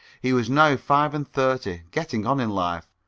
he was now five-and-thirty getting on in life.